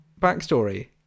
backstory